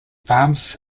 farms